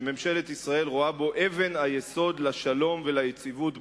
שממשלת ישראל רואה בו אבן היסוד לשלום וליציבות באזור.